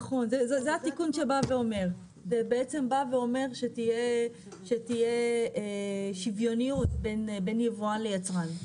נכון זה התיקון שבא ואומר בעצם שתהיה שיוויוניות בין ובואן ליצואן.